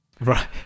Right